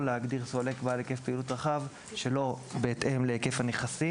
להגדיר סולק בעל היקף פעילות רחב שלא בהתאם להיקף הנכסים